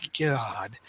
god